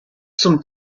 zum